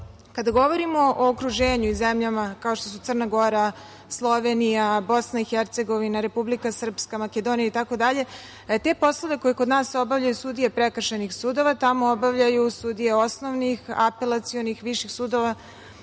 govorimo o okruženju i zemljama kao što su Crna Gora, Slovenija, BiH, Republika Srpska, Makedonija itd. te poslove koje kod nas obavljaju sudije prekršajnih sudova tamo obavljaju sudije osnovnih, apelacionih, viših sudova,